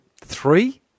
three